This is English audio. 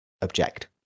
object